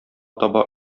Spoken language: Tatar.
таба